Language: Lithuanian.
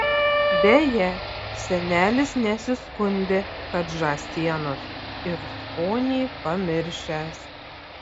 beje senelis nusiskundė kad žąsienos ir skonį pamiršęs